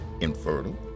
infertile